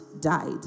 died